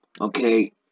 okay